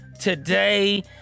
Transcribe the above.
today